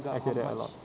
I get that a lot